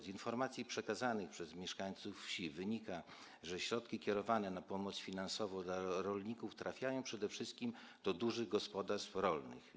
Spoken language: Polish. Z informacji przekazanych przez mieszkańców wsi wynika, że środki kierowane na pomoc finansową dla rolników trafiają przede wszystkim do dużych gospodarstw rolnych.